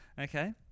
Okay